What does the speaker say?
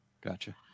Gotcha